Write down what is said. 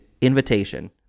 invitation